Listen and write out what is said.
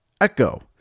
echo